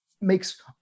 makes